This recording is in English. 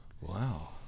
Wow